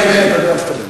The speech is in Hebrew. אפשר גם דעה נוספת?